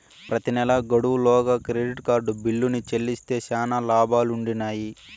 ప్రెతి నెలా గడువు లోగా క్రెడిట్ కార్డు బిల్లుని చెల్లిస్తే శానా లాబాలుండిన్నాయి